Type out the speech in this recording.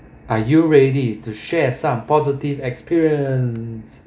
are you ready to share some positive experience